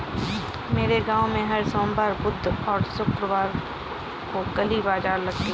मेरे गांव में हर सोमवार बुधवार और शुक्रवार को गली बाजार लगता है